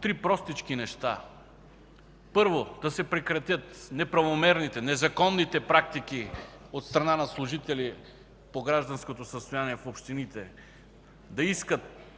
три простички неща. Първо, да се прекратят неправомерните, незаконните практики от страна на служители в общините по гражданското състояние да искат